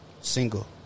single